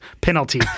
penalty